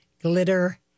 glitter